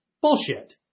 Bullshit